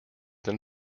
than